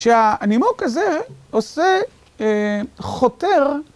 שהנימוק הזה עושה... חותר